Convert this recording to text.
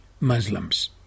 Muslims